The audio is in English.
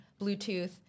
Bluetooth